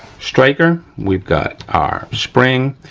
striker, we've got our spring,